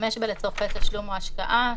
ולהשתמש בה לצרכי תשלום או השקעה,";